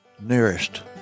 nearest